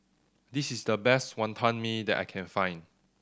this is the best Wonton Mee that I can find